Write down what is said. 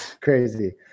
crazy